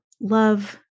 love